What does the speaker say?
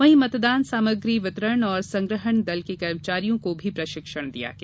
वहीं मतदान सामग्री वितरण और संग्रहण दल के कर्मचारियों को प्रशिक्षण भी दिया गया